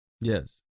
Yes